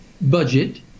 budget